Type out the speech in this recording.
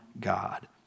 God